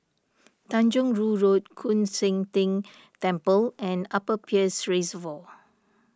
Tanjong Rhu Road Koon Seng Ting Temple and Upper Peirce Reservoir